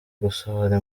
gusohora